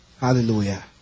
Hallelujah